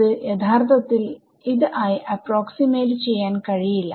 ഇത് യഥാർത്ഥത്തിൽ ആയി അപ്പ്രോക്സിമേറ്റ് ചെയ്യാൻ കഴിയില്ല